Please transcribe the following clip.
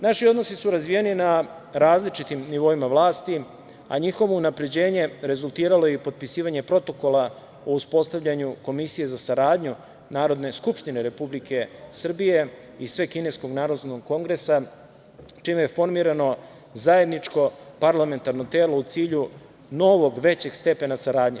Naši odnosi su razvijeni na različitim nivoima vlasti, a njihovo unapređenje rezultiralo je i potpisivanje Protokola o uspostavljanju Komisije za saradnju Narodne skupštine Republike Srbije i Svekineskog narodnog kongresa, čime je formirano zajedničko parlamentarno telo u cilju novog većeg stepena saradnje.